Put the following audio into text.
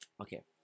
Okay